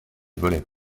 volets